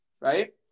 Right